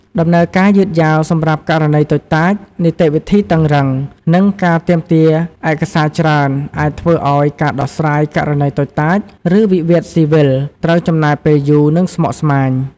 ដំណើរការយឺតយ៉ាវសម្រាប់ករណីតូចតាច នីតិវិធីតឹងរ៉ឹង និងការទាមទារឯកសារច្រើន អាចធ្វើឱ្យការដោះស្រាយ ករណីតូចតាច ឬវិវាទស៊ីវិល ត្រូវចំណាយពេលយូរ និងស្មុគស្មាញ។